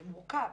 זה מורכב,